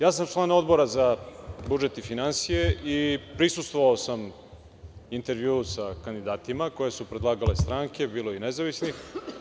Ja sam član Odbora za budžet i finansije i prisustvovao sam intervjuu sa kandidatima koje su predlagale stranke, bilo je i nezavisnih.